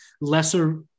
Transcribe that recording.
lesser